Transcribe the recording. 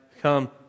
come